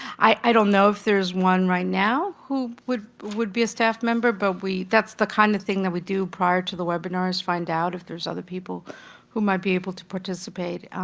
i don't know if there's one right now who would would be a staff member, but that's the kind of thing that we do prior to the webinar is find out if there's other people who might be able to participate.